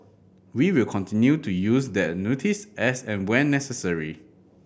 we will continue to use the notice as and when necessary